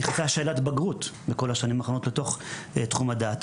נכנסה שאלת בגרות בכל השנים האחרונות לתוך תחום הדעת,